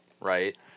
Right